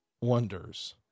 wonders